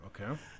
okay